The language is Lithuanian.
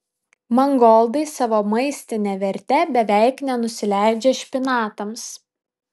mangoldai savo maistine verte beveik nenusileidžia špinatams